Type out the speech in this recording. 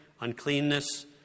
uncleanness